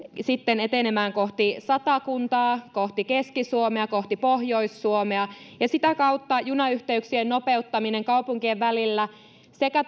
sitten etenemään kohti satakuntaa kohti keski suomea kohti pohjois suomea ja sitä kautta junayhteyksien nopeuttaminen kaupunkien välillä sekä